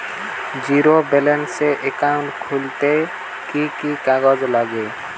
Zero ব্যালেন্সের account খুলতে কি কি কাগজ লাগবে?